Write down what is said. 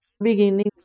beginning